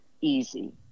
easy